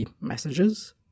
messages